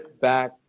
back